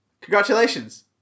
congratulations